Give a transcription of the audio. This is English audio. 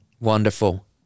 Wonderful